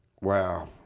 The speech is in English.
Wow